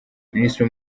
minisitiri